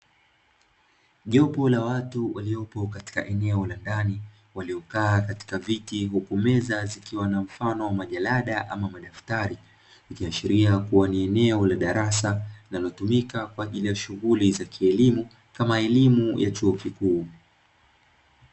Jopu la watu waliopo katika eneo la ndani, waliokaa katika viti, huku meza zikiwa na wa majalada au madaftari, ikiashiria kuwa ni eneo la darasa linalotumika kwa ajili ya shughuli za kielimu; kama elimu ya chuo kikuu.